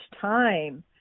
time